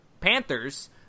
Panthers